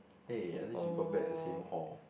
hey at least you got back the same hall